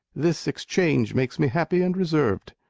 this exchange makes me happy and reserved.